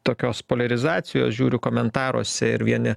tokios poliarizacijos žiūriu komentaruose ir vieni